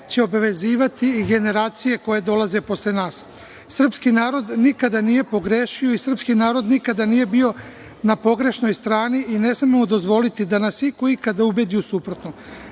će obavezivati i generacije koje dolaze posle nas. Srpski narod nikada nije pogrešio i srpski narod nikada nije bio na pogrešnoj strani i ne smemo mu dozvoliti da nas iko ikada ubedi u